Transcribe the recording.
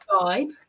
vibe